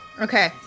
Okay